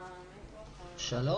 שלום.